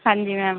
ਹਾਂਜੀ ਮੈਮ